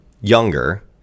younger